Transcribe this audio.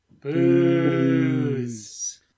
Booze